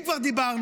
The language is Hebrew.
ואם כבר דיברנו,